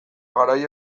garaile